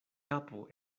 kapo